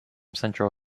central